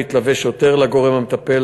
מתלווה שוטר לגורם המטפל,